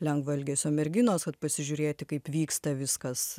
lengvo elgesio merginos kad pasižiūrėti kaip vyksta viskas